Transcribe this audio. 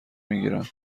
میگیرم